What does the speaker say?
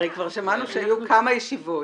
הרי כבר שמענו שהיו כמה ישיבות.